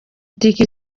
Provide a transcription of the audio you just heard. ticket